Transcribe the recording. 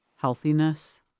healthiness